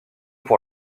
pour